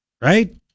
right